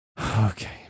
Okay